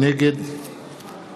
נגד